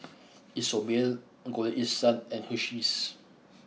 Isomil Golden East Sun and Hersheys